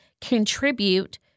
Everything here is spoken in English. contribute